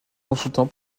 consultant